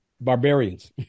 barbarians